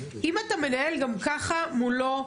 אם אתה מנהל גם ככה מולו תיק,